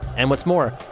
and what's more,